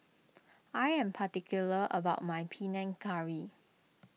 I am particular about my P Nan Curry